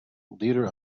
leader